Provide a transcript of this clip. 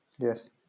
Yes